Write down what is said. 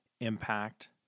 impact